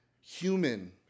human